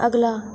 अगला